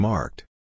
Marked